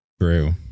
True